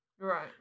Right